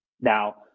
now